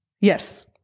yes